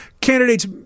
candidates